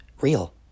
real